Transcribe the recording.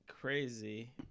crazy